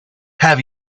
have